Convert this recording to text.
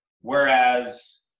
Whereas